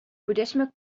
boeddhisme